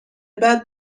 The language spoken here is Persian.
بعد